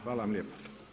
Hvala vam lijepa.